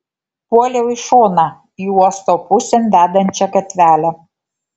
puoliau į šoną į uosto pusėn vedančią gatvelę